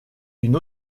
d’une